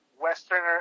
Westerner